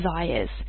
desires